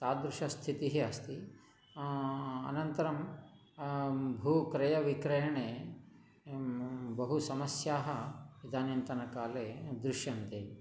तादृश स्थितिः अस्ति अनन्तरं भूक्रयविक्रयणे बहु समस्याः इदानींतनकाले दृश्यन्ते